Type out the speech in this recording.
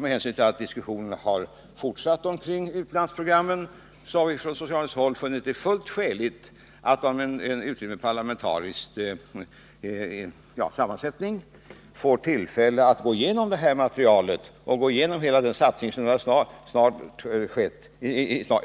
Med hänsyn till att diskussionen har fortsatt kring utlandsprogrammen har vi från socialdemokratiskt håll funnit det fullt skäligt att begära en parlamentariskt sammansatt utredning som får tillfälle att gå igenom materialet och se vad som har skett under